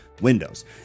Windows